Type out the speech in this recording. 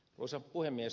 arvoisa puhemies